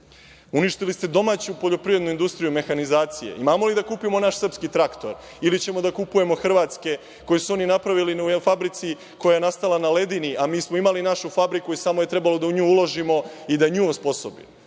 Uništili ste domaću poljoprivrednu industriju mehanizacije. Imamo li da kupimo naš srpski traktor ili će da kupujemo hrvatske koje su oni napravili u fabrici koja je nastala na ledini, a mi smo imali našu fabriku i samo je trebalo da u nju uložimo i da nju osposobimo?